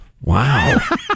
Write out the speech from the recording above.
Wow